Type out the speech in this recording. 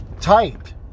tight